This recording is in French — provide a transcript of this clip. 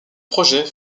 projet